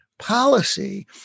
policy